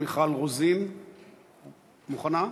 מיכל רוזין, מוכנה?